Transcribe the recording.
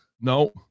no